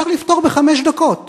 אפשר לפתור בחמש דקות